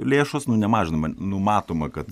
lėšos nu ne mažinama numatoma kad